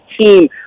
team